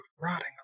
rotting